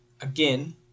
again